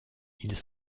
ils